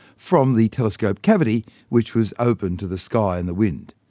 from the telescope cavity which was open to the sky and the wind.